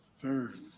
third